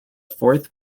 fourth